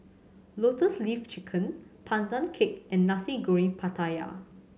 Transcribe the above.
Lotus Leaf Chicken Pandan Cake and Nasi Goreng Pattaya